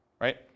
right